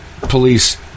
police